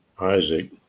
Isaac